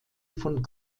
von